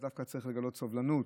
אז דווקא צריך לגלות סובלנות,